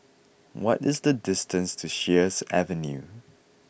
what is the distance to Sheares Avenue